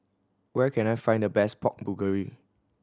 where can I find the best Pork Bulgogi